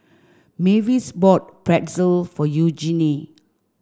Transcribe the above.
Mavis bought Pretzel for Eugenie